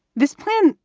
this plan,